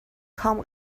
کام